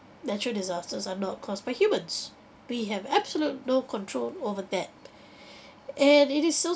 natural disasters are not caused by humans we have absolute no control over that and it is so